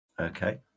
Okay